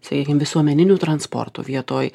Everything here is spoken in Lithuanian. sakykim visuomeniniu transportu vietoj